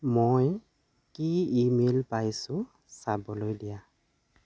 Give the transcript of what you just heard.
মই কি email পাইছোঁ চাবলৈ দিয়া